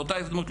באותה הזדמנות,